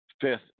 fifth